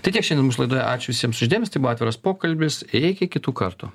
tai tiek šiandien mūsų laidoje ačiū visiems už dėmesį tai buvo atviras pokalbis ir iki kitų kartų